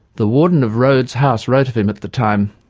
the warden of rhodes house wrote of him at the time,